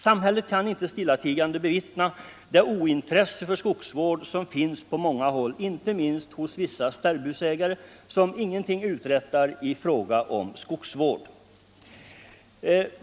Samhället kan inte stillatigande bevittna det ointresse för skogsvård som finns på många håll, inte minst hos vissa sterbhusägare som ingenting utträttar i fråga om skogsvård.